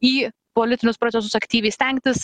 į politinius procesus aktyviai stengtis